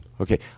Okay